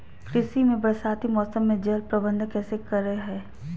कृषि में बरसाती मौसम में जल प्रबंधन कैसे करे हैय?